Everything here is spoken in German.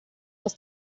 aus